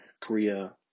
korea